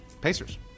Pacers